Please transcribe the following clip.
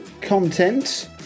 content